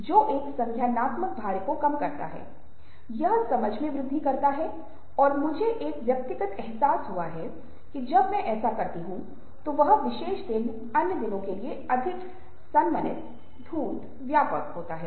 इसलिए एक जैविक अंतर्निहित है की जिसे आप साक्ष्य कह सकते हैं जो हमें बताता है कि मानव जानवरों में अनिवार्य रूप से सहानुभूति एक बहुत मजबूत घटक होता है बल्कि आप देखते हैं कि सहज सामाजिक संरचनाएं जो संभवतः जैविक रूप से संचालित होती हैं और बहुत अधिक सहानुभूति सामाजिक बंधन हुआ हैं